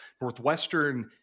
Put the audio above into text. Northwestern